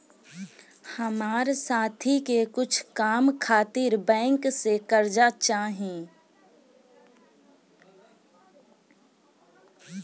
हमार साथी के कुछ काम खातिर बैंक से कर्जा चाही